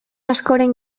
askoren